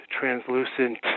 translucent